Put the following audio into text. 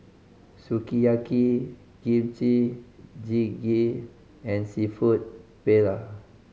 Sukiyaki Kimchi Jjigae and Seafood Paella